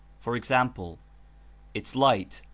for example its light,